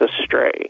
astray